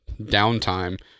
downtime